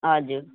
हजुर